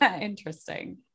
Interesting